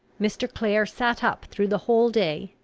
mr. clare sat up through the whole day,